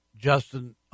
Justin